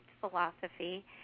philosophy